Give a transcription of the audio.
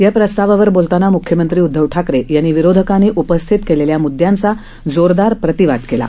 या प्रस्तावावर बोलताना मुख्यमंत्री उदधव ठाकरे यांनी विरोधकांनी उपस्थित केलेल्या मुदयांचा जोरदार प्रतिवाद केला